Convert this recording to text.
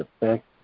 effect